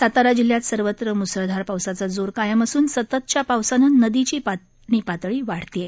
सातारा जिल्ह्यात सर्वत्र म्सळधार पावसाचा जोर कायम असून सततच्या पावसानं नदीची पाणी पातळी वाढत आहे